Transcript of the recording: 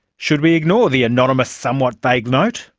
should we ignore the anonymous, somewhat vague note,